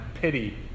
pity